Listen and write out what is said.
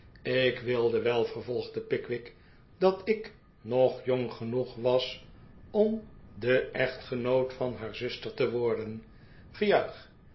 ik wilde wel vervolgde pickwick dat ik nog jong genoeg was om de echtgenoot van haar zuster te worden